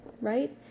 right